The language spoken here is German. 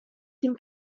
dem